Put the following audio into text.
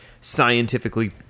scientifically